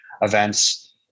events